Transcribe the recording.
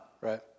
right